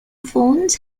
phones